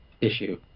issue